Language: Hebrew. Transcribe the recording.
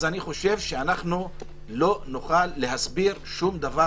אז אני חושב שאנחנו לא נוכל להסביר שום דבר